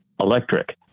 electric